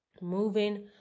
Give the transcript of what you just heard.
Moving